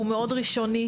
הוא מאוד ראשוני,